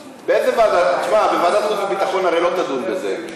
ועדת החוץ והביטחון הרי לא תדון בזה.